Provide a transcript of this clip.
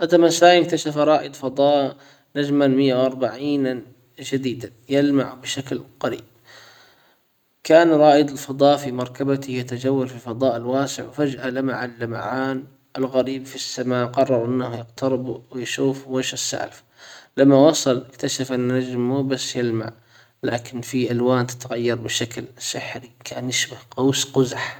هذا مساء اكتشف رائد فضاء نجمًا مئة واربعين شديدا يلمع بشكل قريب. كان رائد الفضاء في مركبته يتجول في الفضاء الواسع وفجأة لماع اللمعان الغريب في السماء قرر انه يقترب ويشوف وش السالفة لما وصل اكتشف نجم لكن في الوان تتغير بشكل سحري كان يشبه قوس قزح.